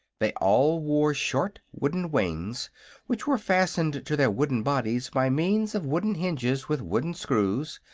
they all wore short wooden wings which were fastened to their wooden bodies by means of wooden hinges with wooden screws,